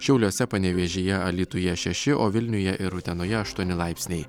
šiauliuose panevėžyje alytuje šeši o vilniuje ir utenoje aštuoni laipsniai